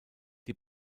die